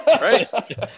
right